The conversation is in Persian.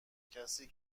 کسی